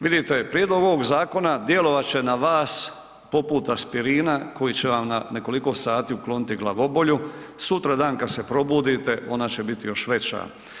Vidite, prijedlog ovog zakona djelovat će na vas poput aspirina koji će vam na nekoliko sati ukloniti glavobolju, sutradan kad se probudite, ona će biti još veća.